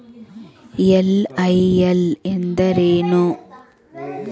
LIL ಎಂದರೇನು?